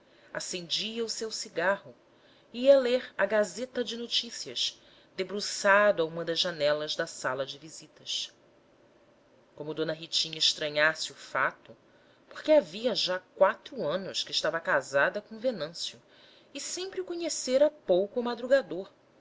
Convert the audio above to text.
acendia o seu cigarro e ia ler a gazeta de noticias debruçado a uma das janelas da sala de visitas como d ritinha estranhasse o fato porque havia já quatro anos que estava casada com venâncio e sempre o conhecera pouco madrugador